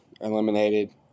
eliminated